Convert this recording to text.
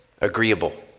agreeable